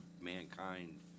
mankind